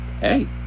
Hey